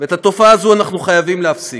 ואת התופעה הזו אנחנו חייבים להפסיק.